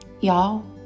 Y'all